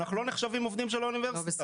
אנחנו לא נחשבים עובדים של האוניברסיטה.